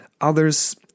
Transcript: Others